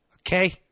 Okay